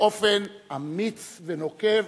באופן אמיץ ונוקב,